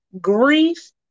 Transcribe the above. grief